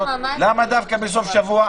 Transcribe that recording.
למה דווקא בסוף שבוע?